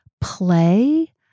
play